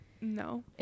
no